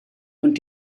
und